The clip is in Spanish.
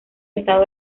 estado